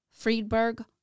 Friedberg